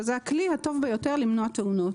שזה הכלי הטוב ביותר כדי למנוע תאונות.